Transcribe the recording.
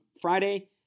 Friday